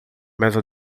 mesa